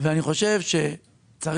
ואני חושב שצריך